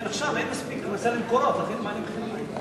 לכן עכשיו אין מספיק הכנסה ל"מקורות" ולכן מעלים את מחיר המים.